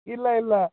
ಇಲ್ಲ ಇಲ್ಲ